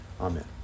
Amen